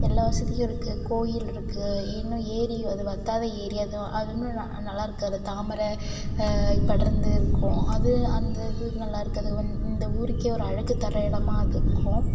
எல்லா வசதியும் இருக்குது கோயிலிருக்கு இன்னும் ஏறி அது வற்றாத ஏறி அதுவும் அது இன்னும் நல்லா இருக்குது அதில் தாமரை படர்ந்து இருக்கும் அது அந்த இது நல்லா இருக்குது இந்த ஊருக்கே ஒரு அழகு தர இடமாக அது இருக்கும்